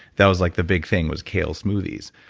that was like the big thing was kale smoothies.